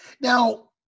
Now